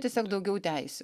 tiesiog daugiau teisių